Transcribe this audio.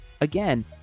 again